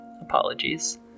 apologies